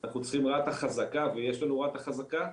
אנחנו צריכים רת"א חזקה ויש לנו רת"א חזקה,